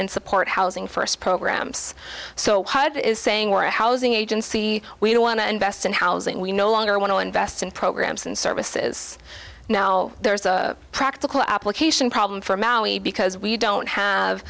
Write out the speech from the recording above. and support housing first programs so it is saying we're a housing agency we don't want to invest in housing we no longer want to invest in programs and services now there's a practical application problem for maui because we don't have